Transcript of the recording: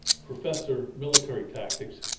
professor, military tactics,